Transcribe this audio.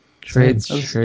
Trades